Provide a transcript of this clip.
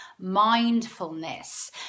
mindfulness